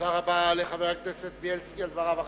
תודה רבה לחבר הכנסת בילסקי על דבריו החשובים.